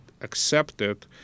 accepted